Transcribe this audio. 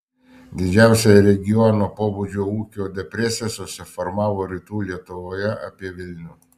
didžiausia regioninio pobūdžio ūkio depresija susiformavo rytų lietuvoje apie vilnių